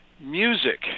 Music